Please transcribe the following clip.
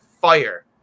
fire